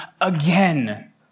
again